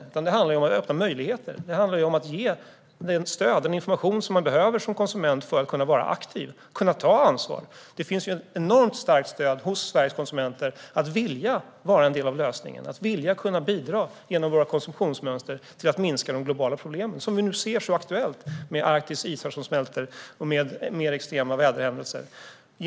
Vårt förslag handlar om att öppna möjligheter och ge stöd och information som man som konsument behöver för att kunna vara aktiv och kunna ta ansvar. Det finns ett enormt starkt stöd och en vilja hos Sveriges konsumenter att vara en del av lösningen och genom de egna konsumtionsmönstren kunna minska de globala problemen. Vi ser hur aktuellt detta är just nu med Arktis isar som smälter och med mer extrema väderhändelser.